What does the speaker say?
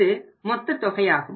இது மொத்த தொகையாகும்